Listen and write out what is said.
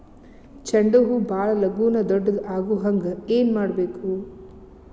ಚಂಡ ಹೂ ಭಾಳ ಲಗೂನ ದೊಡ್ಡದು ಆಗುಹಂಗ್ ಏನ್ ಮಾಡ್ಬೇಕು?